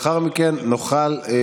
עכשיו אני אזמין, ברשותכם, לדיון מוקדם